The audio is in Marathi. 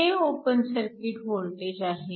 हे ओपन सर्किट वोल्टेज आहे